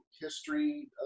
history